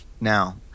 now